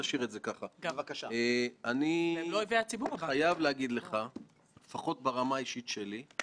אני חושב שלגיטימי מבחינתם לומר את דעתם ולנסות להשפיע,